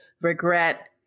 regret